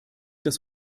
das